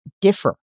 differ